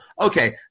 Okay